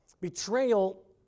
Betrayal